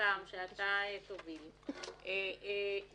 המצומצם שאתה תוביל ידון